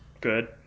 good